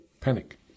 panic